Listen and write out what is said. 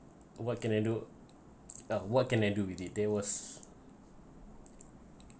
what can I do uh what can I do with it there was